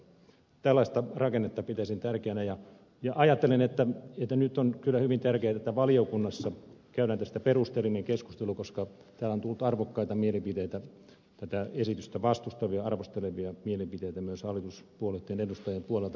tällaista rakennetta pitäisin tärkeänä ja ajattelen että nyt on kyllä hyvin tärkeätä että valiokunnassa käydään tästä perusteellinen keskustelu koska täällä on tullut arvokkaita mielipiteitä tätä esitystä vastustavia arvostelevia mielipiteitä myös hallituspuolueitten edustajien puolelta